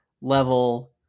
level